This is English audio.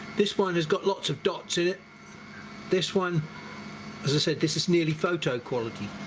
this one has got lots of dots in it this one as i said this is nearly photo quality